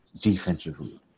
defensively